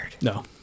No